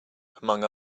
among